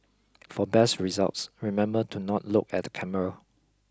for best results remember to not look at the camera